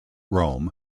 rome